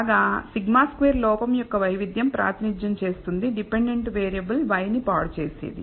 కాగా σ2 లోపం యొక్క వైవిధ్యం ప్రాతినిధ్యం చేస్తుంది డిపెండెంట్ వేరియబుల్ y ని పాడుచేసేది